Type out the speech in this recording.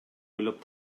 ойлоп